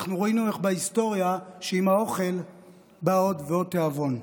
אנחנו ראינו איך בהיסטוריה עם האוכל בא עוד ועוד תיאבון.